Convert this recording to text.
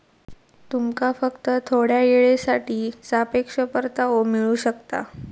तुमका फक्त थोड्या येळेसाठी सापेक्ष परतावो मिळू शकता